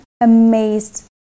amazed